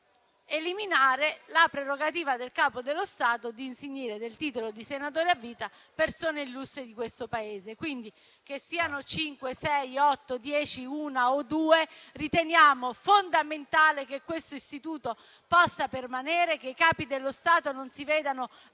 eliminare la prerogativa del Capo dello Stato di insignire del titolo di senatore a vita persone illustri di questo Paese. Che queste persone siano cinque, sei, otto, dieci, una o due, riteniamo fondamentale che questo istituto possa permanere, che i Capi dello Stato non si vedano violati